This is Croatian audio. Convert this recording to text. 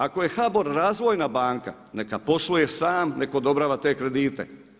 Ako je HBOR razvojna banka neka posluje sam, nek' odobrava te kredite.